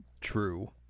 True